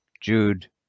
jude